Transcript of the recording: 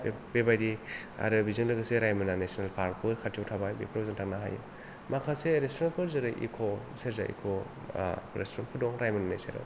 बेबायदि आरो बेजों लोगोसे रायम'ना नेशनेल पार्कबो खाथिआव थाबाय बेफोराव जों थांनो हायो माखासे रेस्तुरेन्टनरफोर जेरै इक' सेरजा इक' रेस्टुरेन्टफोर दं रायम'नानि सेराव